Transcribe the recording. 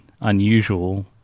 unusual